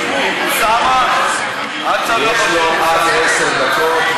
יש לו עד עשר דקות,